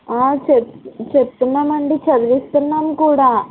ఆ చెప్ చెప్తున్నామండి చదివిస్తున్నాం కూడా